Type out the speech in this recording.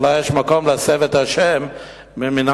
אולי יש מקום להסב את השם מ"מינהל